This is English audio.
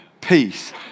peace